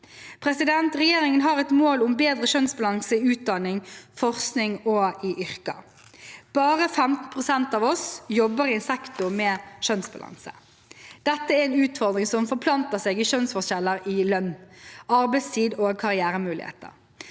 3125 Regjeringen har et mål om å bedre kjønnsbalansen i utdanning, i forskning og i yrker. Bare 15 pst. av oss jobber i en sektor med kjønnsbalanse. Dette er en utfordring som forplanter seg i kjønnsforskjeller i lønn, arbeidstid og karrieremuligheter.